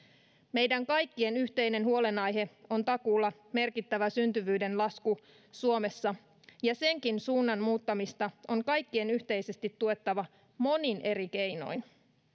meidän kaikkien yhteinen huolenaihe on takuulla merkittävä syntyvyyden lasku suomessa ja senkin suunnan muuttamista on kaikkien yhteisesti tuettava monin eri keinoin